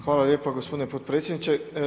Hvala lijepa gospodine potpredsjedniče.